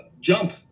Jump